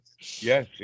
yes